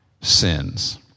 sins